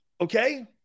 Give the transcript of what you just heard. Okay